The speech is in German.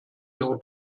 ihrer